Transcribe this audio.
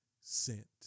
sent